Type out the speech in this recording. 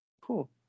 Cool